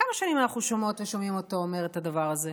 כמה שנים אנחנו שומעות ושומעים אותו אומר את הדבר הזה?